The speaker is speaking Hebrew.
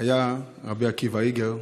היה רבי עקיבא איגר,